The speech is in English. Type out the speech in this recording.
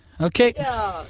Okay